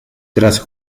tras